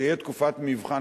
תהיה תקופת מבחן,